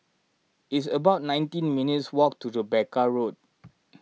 it's about nineteen minutes' walk to Rebecca Road